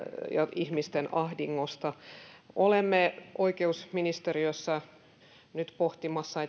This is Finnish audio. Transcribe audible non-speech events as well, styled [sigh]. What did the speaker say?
ihmisten ahdingosta olemme oikeusministeriössä nyt pohtimassa [unintelligible]